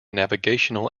navigational